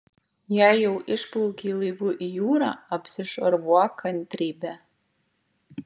jei jau išplaukei laivu į jūrą apsišarvuok kantrybe